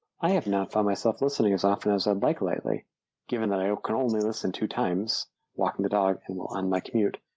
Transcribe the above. i have not found myself listening as often as i'd like lightly given that i ah can only listen two times walking the dog and on my commute.